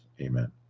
Amen